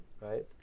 right